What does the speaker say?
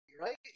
right